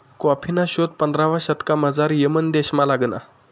कॉफीना शोध पंधरावा शतकमझाऱ यमन देशमा लागना